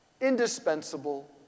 indispensable